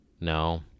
No